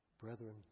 brethren